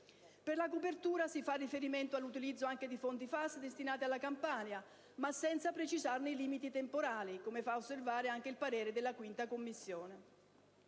Per la copertura si fa riferimento all'utilizzo anche di Fondi per le aree sottoutilizzate (FAS) destinati alla Campania, ma senza precisarne i limiti temporali, come fa osservare anche il parere della 5a Commissione.